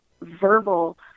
verbal